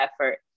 effort